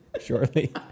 shortly